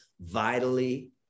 vitally